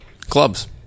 Clubs